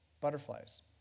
butterflies